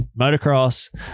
motocross